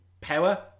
power